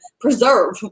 preserve